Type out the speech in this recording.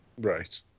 right